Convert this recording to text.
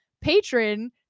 patron